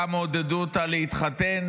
כמה עודדו אותה להתחתן.